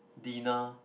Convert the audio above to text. dinner